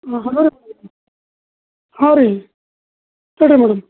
ಹಾಂ ಹಲೋ ರೀ ಹಾಂ ರೀ ಹೇಳ್ರಿ ಮೇಡಮ್